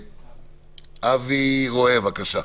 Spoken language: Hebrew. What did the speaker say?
אבי רואה, בבקשה,